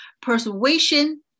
persuasion